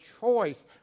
choice